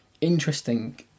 interesting